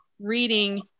reading